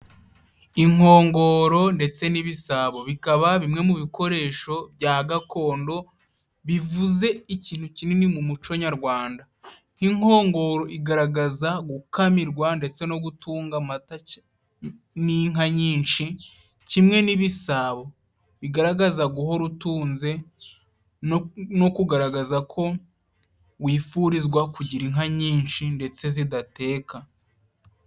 Inkongoro ndetse n'ibisabo, bikaba bimwe mu bikoresho bya gakondo bivuze ikintu kinini mu muco nyarwanda. nk'inkongoro igaragaza gukamirwa ndetse no gutunga amata n'inka nyinshi kimwe n'ibisabo bigaragaza guhora utunze no kugaragaza ko wifurizwa kugira inka nyinshi ndetse zidateka.